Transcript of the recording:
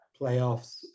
playoffs